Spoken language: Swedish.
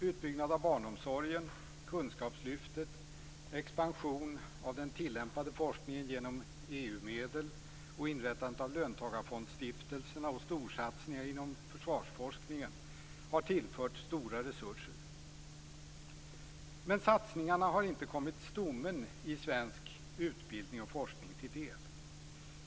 Utbyggnaden av barnomsorgen, kunskapslyftet, den tillämpade forskningen med EU-medel och inrättandet av löntagarfondsstiftelserna och storsatsningar inom försvarsforskningen har tillförts stora resurser. Men satsningarna har inte kommit stommen i svensk utbildning och forskning till del.